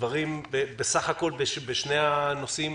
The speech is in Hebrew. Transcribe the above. שהדברים בסך הכול, בנושאים